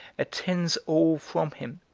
attends all from him,